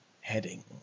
heading